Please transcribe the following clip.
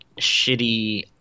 shitty